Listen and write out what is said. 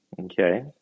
Okay